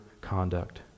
conduct